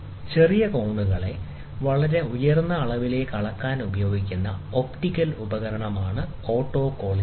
ചെറിയ കോണുകളെ വളരെ ഉയർന്ന അളവിലേക്ക് അളക്കാൻ ഉപയോഗിക്കുന്ന ഒപ്റ്റിക്കൽ ഉപകരണമാണ് ഓട്ടോകോളിമേറ്റർ